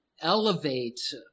elevate